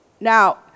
Now